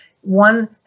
One